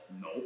No